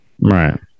right